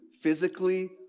physically